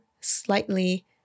slightly